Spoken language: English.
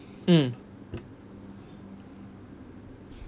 mm